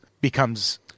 becomes